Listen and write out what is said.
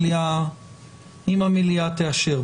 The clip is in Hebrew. אם המליאה תאשר.